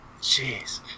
Jeez